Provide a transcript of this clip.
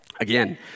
Again